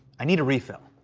i need a refill.